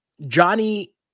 Johnny